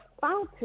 fountain